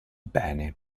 bene